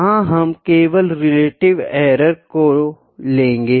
यहाँ हम केवल रिलेटिव एरर को लेंगे